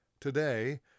Today